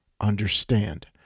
understand